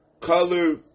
color